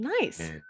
nice